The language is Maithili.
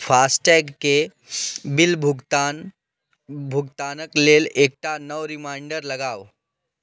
फास्टैगके बिल भुगतान भुगतानक लेल एकटा नव रिमाइंडर लगाउ